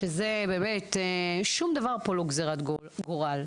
שזה באמת שום דבר פה לא גזרת גורל,